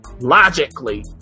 logically